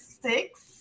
six